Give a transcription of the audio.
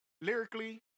Lyrically